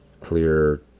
clear